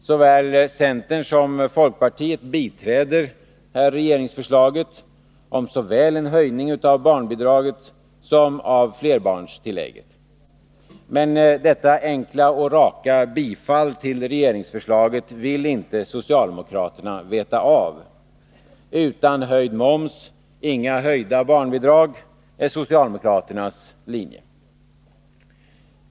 Såväl centern som folkpartiet biträder regeringsförslaget om en höjning av barnbidrag och av flerbarnstillägg. Men detta enkla och raka bifall till regeringsförslaget vill inte socialdemokraterna veta av. Utan höjd moms inga höjda barnbidrag — det är socialdemokraternas linje.